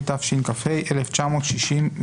התשכ"ה-1965.